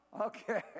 Okay